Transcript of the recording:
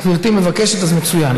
אה, גברתי מבקשת, אז מצוין.